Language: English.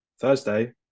Thursday